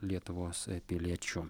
lietuvos piliečiu